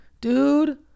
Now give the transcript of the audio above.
dude